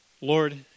Lord